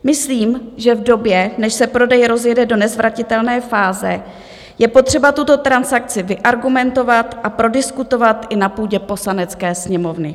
Myslím, že v době, než se prodej rozjede do nezvratitelné fáze, je potřeba tuto transakci vyargumentovat a prodiskutovat i na půdě Poslanecké sněmovny.